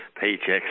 paycheck's